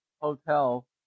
hotel